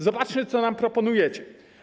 Zobaczmy, co nam proponujecie.